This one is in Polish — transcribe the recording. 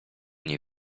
nie